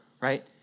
right